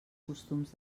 costums